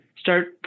start